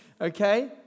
okay